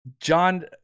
John